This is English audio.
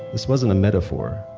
this wasn't a metaphor.